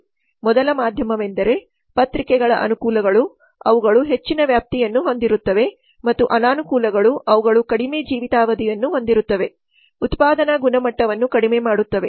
ಮೊದಲ ಮಾಧ್ಯಮವೆಂದರೆ ಪತ್ರಿಕೆಗಳ ಅನುಕೂಲಗಳು ಅವುಗಳು ಹೆಚ್ಚಿನ ವ್ಯಾಪ್ತಿಯನ್ನು ಹೊಂದಿರುತ್ತವೆ ಮತ್ತು ಅನಾನುಕೂಲಗಳು ಅವುಗಳು ಕಡಿಮೆ ಜೀವಿತಾವಧಿಯನ್ನು ಹೊಂದಿರುತ್ತವೆ ಉತ್ಪಾದನಾ ಗುಣಮಟ್ಟವನ್ನು ಕಡಿಮೆ ಮಾಡುತ್ತವೆ